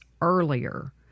earlier